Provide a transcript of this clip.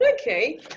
okay